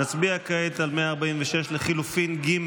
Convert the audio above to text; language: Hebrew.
נצביע כעת על 146, לחלופין ג'.